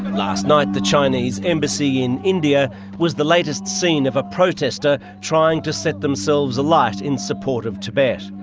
last night the chinese embassy in india was the latest scene of a protester trying to set themselves alight in support of tibet.